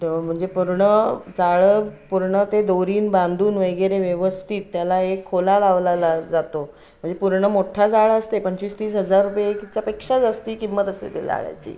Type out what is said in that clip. तर म्हणजे पूर्ण जाळं पूर्ण ते दोरीनं बांधून वगैरे व्यवस्थित त्याला एक खोला लावला ला जातो म्हणजे पूर्ण मोठ्ठा जाळं असते पंचवीस तीस हजार रुपये किच्यापेक्षा जास्ती किंमत असते त्या जाळ्याची